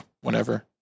whenever